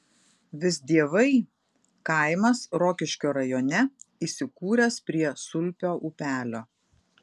visdievai kaimas rokiškio rajone įsikūręs prie sulpio upelio